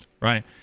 right